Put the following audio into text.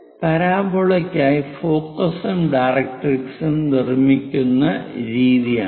പരാബോളയ്ക്കായി ഫോക്കസും ഡയറക്ട്രിക്സും നിർമ്മിക്കുന്ന രീതിയാണിത്